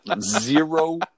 zero